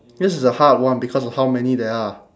this is a hard one because of how many there are